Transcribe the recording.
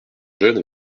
jeune